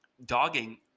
dogging